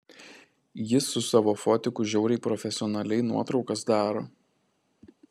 jis su savo fotiku žiauriai profesionaliai nuotraukas daro